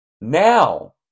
now